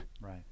Right